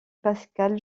pascal